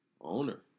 owner